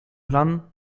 plan